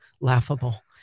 laughable